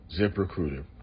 ZipRecruiter